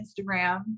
Instagram